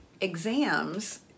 exams